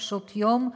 קשות-יום,